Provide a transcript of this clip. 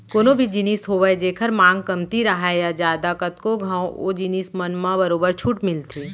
कोनो भी जिनिस होवय जेखर मांग कमती राहय या जादा कतको घंव ओ जिनिस मन म बरोबर छूट मिलथे